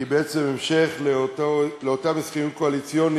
היא בעצם המשך של אותם הסכמים קואליציוניים